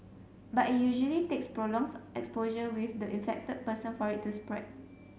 but it usually takes prolonged exposure with the infected person for it to spread